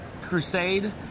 crusade